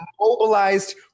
mobilized